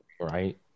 right